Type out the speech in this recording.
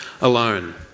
alone